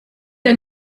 ein